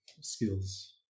skills